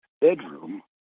bedroom